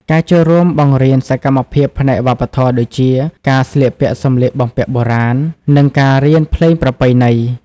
ការចូលរួមបង្រៀនសកម្មភាពផ្នែកវប្បធម៌ដូចជា ការស្លៀកពាក់សម្លៀកបំពាក់បុរាណ និងការរៀនភ្លេងប្រពៃណី។